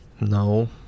No